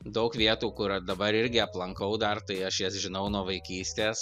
daug vietų kur dabar irgi aplankau dar tai aš jas žinau nuo vaikystės